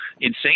insane